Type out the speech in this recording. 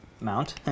mount